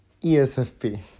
ESFP